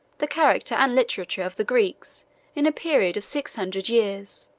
the character and literature, of the greeks in a period of six hundred years,